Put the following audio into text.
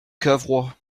cavrois